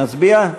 נצביע?